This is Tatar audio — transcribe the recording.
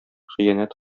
хыянәт